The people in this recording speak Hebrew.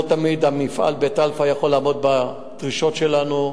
לא תמיד המפעל בבית-אלפא יכול לעמוד בדרישות שלנו.